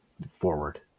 forward